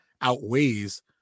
outweighs